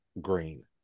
green